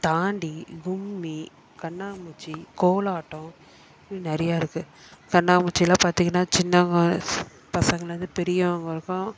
தாண்டி கும்மி கண்ணாமூச்சி கோலாட்டம் நிறையா இருக்குது கண்ணாமூச்சி எல்லாம் பார்த்தீங்கன்னா சின்ன வயசு பசங்கள்லேருந்து பெரியவங்க வரைக்கும்